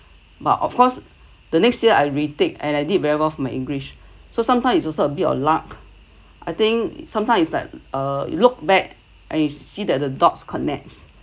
but of course the next year I retake and I did very well on my english so sometimes it's also a bit of luck I think sometime is like uh look back I see that the dots connects